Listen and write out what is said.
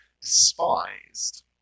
despised